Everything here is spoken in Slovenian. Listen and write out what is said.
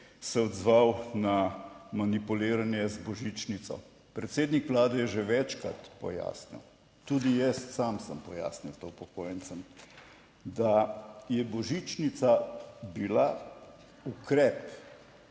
se odzval na manipuliranje z božičnico. Predsednik Vlade je že večkrat pojasnil, tudi jaz sam sem pojasnil to upokojencem, da je božičnica bila ukrep